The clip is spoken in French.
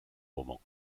roman